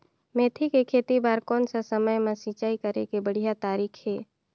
मेथी के खेती बार कोन सा समय मां सिंचाई करे के बढ़िया तारीक हे?